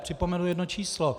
Připomenu jedno číslo.